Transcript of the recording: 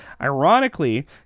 Ironically